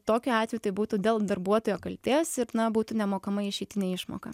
tokiu atveju tai būtų dėl darbuotojo kaltės ir na būtų nemokama išeitinė išmoka